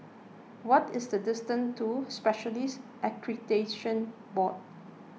what is the distance to Specialists Accreditation Board